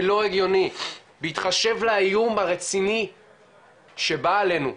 זה לא הגיוני בהתחשב לאיום הרציני שבא עלינו,